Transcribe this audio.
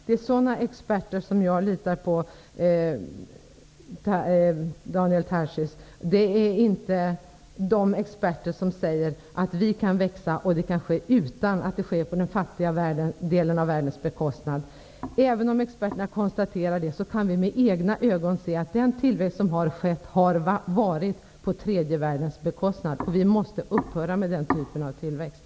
Det är sådana experter som jag litar på, Daniel Tarschys, och inte på de experter som säger att vi kan växa utan att det sker på bekostnad av den fattiga delen av världen. Även om experterna konstaterar det, kan vi med egna ögon se att den tilllväxt som har skett har skett på bekostnad av tredje världen. Vi måste upphöra med den typen av tillväxt.